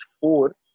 four